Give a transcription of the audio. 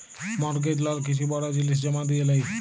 mortgage লল কিছু বড় জিলিস জমা দিঁয়ে লেই